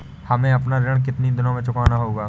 हमें अपना ऋण कितनी दिनों में चुकाना होगा?